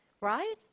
right